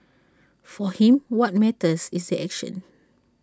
for him what matters is the action